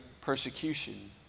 persecution